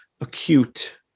acute